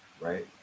right